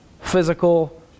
physical